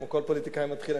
כמו כל פוליטיקאי מתחיל,